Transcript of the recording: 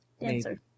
Dancer